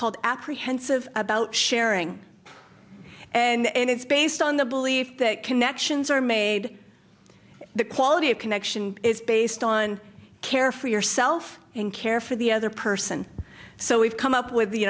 called apprehensive about sharing and it's based on the belief that connections are made the quality of connection is based on care for yourself and care for the other person so we've come up with